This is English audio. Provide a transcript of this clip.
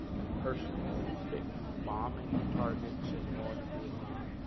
and personally picked bombing targets in north vietnam.